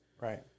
Right